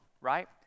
right